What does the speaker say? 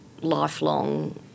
lifelong